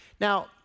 Now